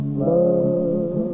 love